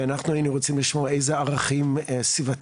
ואנחנו היינו רוצים לשמוע איזה ערכים סביבתיים,